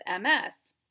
MS